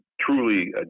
truly